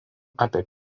apie